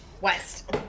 West